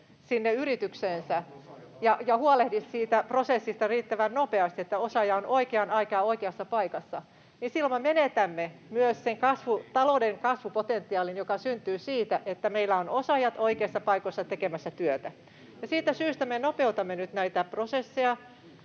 hallituksessa?] ja huolehdi siitä prosessista riittävän nopeasti, että osaaja on oikeaan aikaan oikeassa paikassa, niin silloin me menetämme myös sen talouden kasvupotentiaalin, joka syntyy siitä, että meillä on osaajat oikeissa paikoissa tekemässä työtä. Siitä syystä me nopeutamme nyt näitä prosesseja.